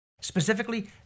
Specifically